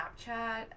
Snapchat